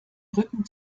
rücken